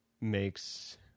makes